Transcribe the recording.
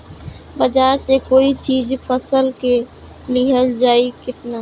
बाजार से कोई चीज फसल के लिहल जाई किना?